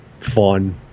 fun